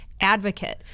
advocate